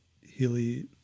Healy